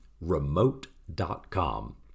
remote.com